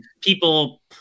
people